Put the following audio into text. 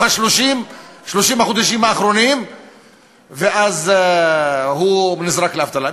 30 החודשים האחרונים ואז הוא נזרק לאבטלה.